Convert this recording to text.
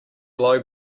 low